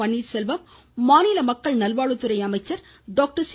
பன்னீர்செல்வம் மாநில மக்கள் நல்வாழ்வுத்துறை அமைச்சர் டாக்டர் சி